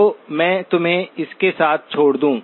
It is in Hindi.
तो मैं तुम्हें उसके साथ छोड़ दूं